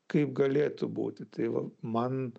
kaip galėtų būti tai va man